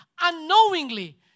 Unknowingly